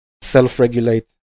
self-regulate